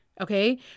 Okay